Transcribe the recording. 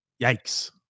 Yikes